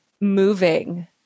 moving